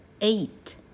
eight